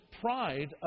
pride